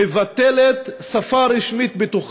מבטלת שפה רשמית בה.